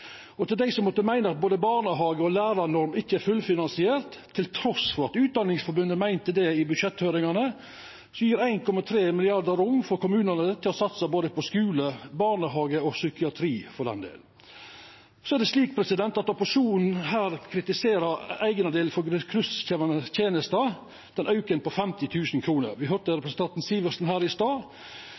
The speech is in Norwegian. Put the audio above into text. pensjonsutgifter. Til dei som måtte meina at verken barnehage- eller lærarnorm er fullfinansierte, til tross for at Utdanningsforbundet meinte det i budsjetthøyringane, gjev 1,3 mrd. kr rom for kommunane til å satsa på både skule, barnehage og psykiatri, for den del. Så er det slik at opposisjonen her kritiserer at eigenandelen for ressurskrevjande tenester auka med 50 000 kr. Me høyrde representanten Sivertsen her i stad.